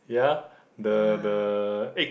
ya the the egg